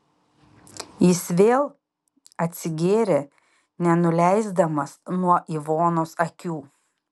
jis vėl atsigėrė nenuleisdamas nuo ivonos akių